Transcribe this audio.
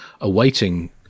awaiting